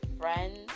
friends